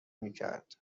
میکرد